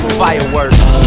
fireworks